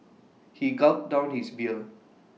he gulped down his beer